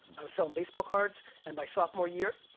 i was selling baseball cards. and by sophomore year,